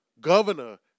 Governor